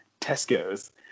Tesco's